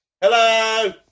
Hello